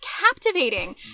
captivating